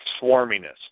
swarminess